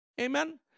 Amen